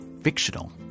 fictional